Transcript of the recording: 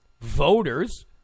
voters